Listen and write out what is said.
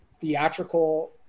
theatrical